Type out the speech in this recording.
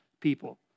people